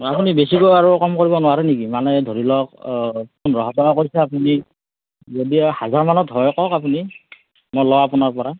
আপুনি বেছিকৈ আৰু কম কৰিব নোৱাৰে নেকি মানে ধৰি লওক পোন্ধৰশ টকা কৰিছে আপুনি যদি হাজাৰ মানত ধৰে কওক আপুনি মই লওঁ আপোনাৰ পৰা